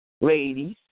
Ladies